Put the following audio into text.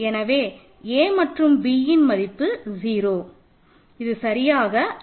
எனவே a மற்றும் b இன் மதிப்பு 0 இது சரியாக லீனியர் இன்டிபென்டன்ட் ஆகும்